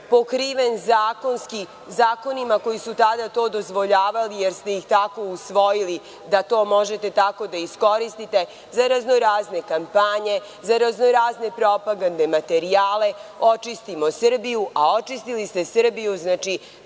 pokriven zakonski zakonima koji su tada to dozvoljavali jer ste ih tako usvojili da to možete tako da iskoristite za rano-razne kampanje, za razno-razne propagandne materijale „očistimo Srbiju“, a očistili ste Srbiju do